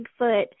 Bigfoot